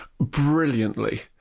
brilliantly